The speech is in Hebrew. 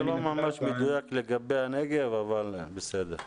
זה לא ממש מדויק לגבי הנגב, אבל בסדר.